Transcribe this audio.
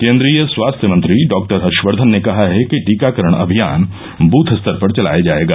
केन्द्रीय स्वास्थ्य मंत्री डॉक्टर हर्षक्धन ने कहा है कि टीकाकरण अभियान बूथ स्तर पर चलाया जाएगा